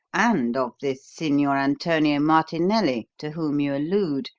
and of this signor antonio martinelli, to whom you allude.